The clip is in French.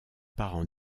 parents